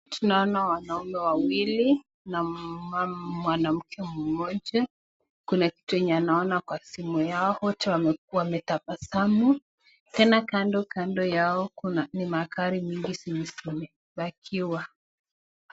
Tunaona wanaume wawili na mwanamke mmoja. Kuna kitu yenye wanaona kwa simu yao. Wote wamekuwa wametabasamu. Tena kando kando yao kuna ni magari mingi zenye zimepakiwa.